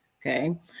Okay